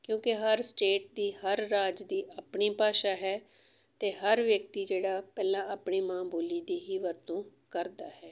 ਕਿਉਂਕਿ ਹਰ ਸਟੇਟ ਦੀ ਹਰ ਰਾਜ ਦੀ ਆਪਣੀ ਭਾਸ਼ਾ ਹੈ ਅਤੇ ਹਰ ਵਿਅਕਤੀ ਜਿਹੜਾ ਪਹਿਲਾਂ ਆਪਣੀ ਮਾਂ ਬੋਲੀ ਦੀ ਹੀ ਵਰਤੋਂ ਕਰਦਾ ਹੈ